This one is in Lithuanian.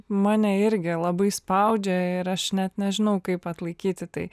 mane irgi labai spaudžia ir aš net nežinau kaip atlaikyti tai